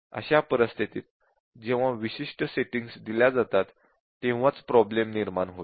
अशा परिस्थितीत जेव्हा विशिष्ट सेटिंग्ज दिल्या जातात तेव्हाच प्रॉब्लेम निर्माण होईल